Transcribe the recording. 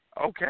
Okay